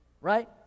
right